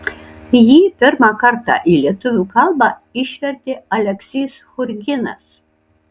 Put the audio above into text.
jį pirmą kartą į lietuvių kalbą išvertė aleksys churginas